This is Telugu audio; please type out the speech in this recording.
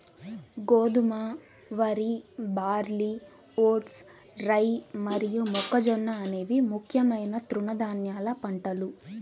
గోధుమ, వరి, బార్లీ, వోట్స్, రై మరియు మొక్కజొన్న అనేవి ముఖ్యమైన తృణధాన్యాల పంటలు